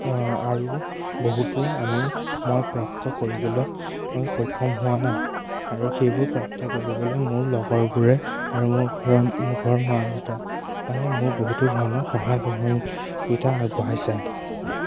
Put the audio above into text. আৰু বহুতো আমি মই প্ৰাপ্ত কৰিবলৈ সক্ষম হোৱা নাই আৰু সেইবোৰ প্ৰাপ্ত কৰিবলৈ মোৰ লগৰবোৰে আৰু মোৰ ঘৰৰ মোৰ ঘৰৰ মা দেউতাই মোক বহুতো ধৰণৰ সহায় সহযো সুবিধা আগবঢ়াইছে